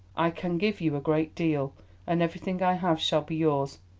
i can give you a great deal and everything i have shall be yours,